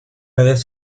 redes